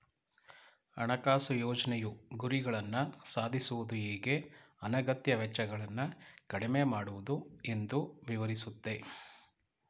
ಹಣಕಾಸು ಯೋಜ್ನೆಯು ಗುರಿಗಳನ್ನ ಸಾಧಿಸುವುದು ಹೇಗೆ ಅನಗತ್ಯ ವೆಚ್ಚಗಳನ್ನ ಕಡಿಮೆ ಮಾಡುವುದು ಎಂದು ವಿವರಿಸುತ್ತೆ